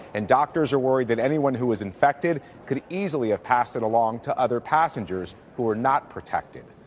and doctors are worried that anyone who was infected could easily have passed it along to other passengers who are not protected.